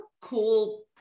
cool